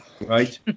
right